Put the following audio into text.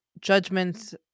judgments